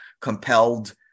compelled